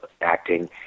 acting